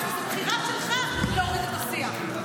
בחירה שלך להוריד את השיח.